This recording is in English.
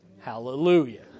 Hallelujah